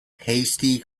hasty